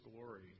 glory